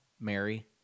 Mary